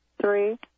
three